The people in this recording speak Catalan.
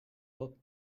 hop